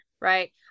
right